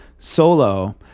solo